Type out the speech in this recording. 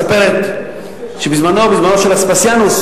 מספרת שבזמנו של אספסיאנוס,